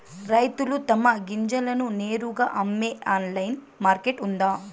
రైతులు తమ గింజలను నేరుగా అమ్మే ఆన్లైన్ మార్కెట్ ఉందా?